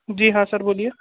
जी हाँ सर बोलिए